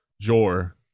Jor